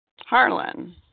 Harlan